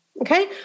okay